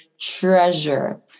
treasure